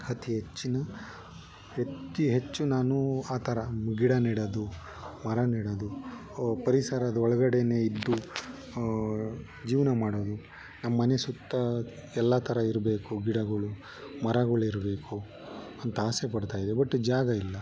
ಅತಿ ಹೆಚ್ಚಿನ ಅತಿ ಹೆಚ್ಚು ನಾನು ಆ ಥರ ಗಿಡ ನೆಡೋದು ಮರ ನೆಡೋದು ಪರಿಸರದ ಒಳಗಡೆನೇ ಇದ್ದು ಜೀವನ ಮಾಡೋದು ನಮ್ಮನೆ ಸುತ್ತ ಎಲ್ಲ ಥರ ಇರಬೇಕು ಗಿಡಗಳು ಮರಗಳು ಇರಬೇಕು ಅಂತ ಆಸೆ ಪಡ್ತಾಯಿದ್ದೆ ಬಟ್ ಜಾಗ ಇಲ್ಲ